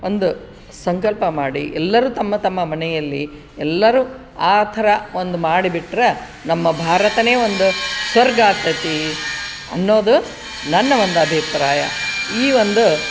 ಒಂದು ಸಂಕಲ್ಪ ಮಾಡಿ ಎಲ್ಲರೂ ತಮ್ಮ ತಮ್ಮ ಮನೆಯಲ್ಲಿ ಎಲ್ಲರೂ ಆ ಥರ ಒಂದು ಮಾಡಿಬಿಟ್ಟರೆ ನಮ್ಮ ಭಾರತವೇ ಒಂದು ಸ್ವರ್ಗ ಆಗ್ತೈತಿ ಅನ್ನೋದು ನನ್ನ ಒಂದು ಅಭಿಪ್ರಾಯ ಈ ಒಂದು